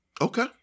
Okay